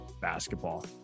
basketball